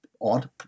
odd